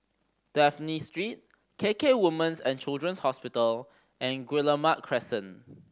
Dafne Street K K Women's And Children's Hospital and Guillemard Crescent